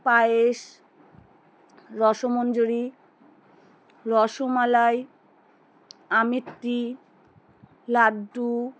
পায়েস রসমঞ্জুরি রসমালাই আমিত্তি লাড্ডু